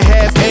Half